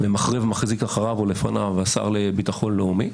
ומחרה ומחזיק אחריו או לפניו השר לביטחון לאומי.